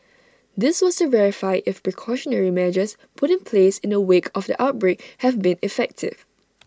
this was to verify if the precautionary measures put in place in the wake of the outbreak have been effective